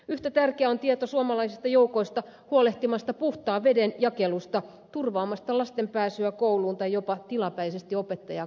yhtä tärkeää on tieto suomalaisista joukoista huolehtimassa puhtaan veden jakelusta turvaamassa lasten pääsyä kouluun tai jopa tilapäisesti opettajaa korvaamassa